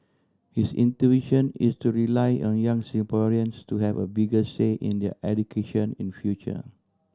his intuition is to rely on young Singaporeans to have a bigger say in their education in future